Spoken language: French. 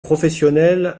professionnels